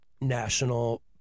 national